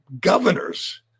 governors